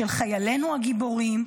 של חיילינו הגיבורים,